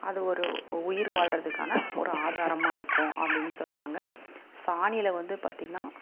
அது ஒரு உயிர் வாழ்கிறதுக்கான ஒரு ஆதாரமாக இருக்கும் அப்படின்னு சொல்லுவாங்க சாணியில் வந்து பார்த்திங்கன்னா